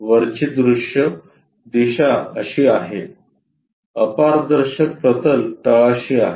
वरची दृश्य दिशा अशी आहे अपारदर्शक प्रतल तळाशी आहे